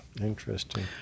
interesting